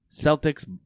Celtics